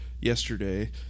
yesterday